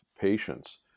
patients